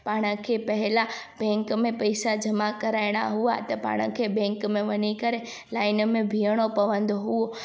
पाण खे पहिरां बैंक में पैसा जमा कराइणा हुआ त पाण खे बैंक में वञी करे लाइन में बिहणो पवंदो हुओ